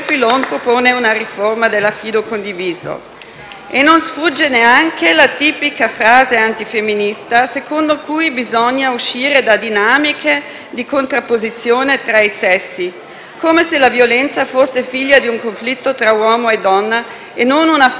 E non sfugge neanche la tipica frase antifemminista secondo cui bisogna uscire da dinamiche di contrapposizione tra i sessi, come se la violenza fosse figlia di un conflitto tra uomo e donna e non una forma di prevaricazione di un sesso sull'altro.